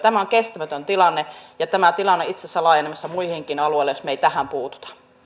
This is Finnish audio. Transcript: tämä on kestämätön tilanne ja tämä tilanne on itse asiassa laajenemassa muillekin alueille jos me emme tähän puutu